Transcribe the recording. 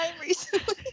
recently